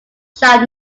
sharp